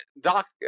Doc